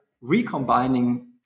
recombining